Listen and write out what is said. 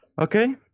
Okay